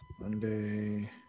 Monday